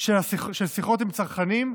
של השיחות עם הצרכנים,